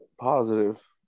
Positive